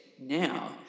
now